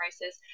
crisis